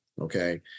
Okay